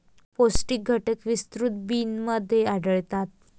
पौष्टिक घटक विस्तृत बिनमध्ये आढळतात